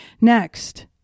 Next